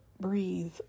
breathe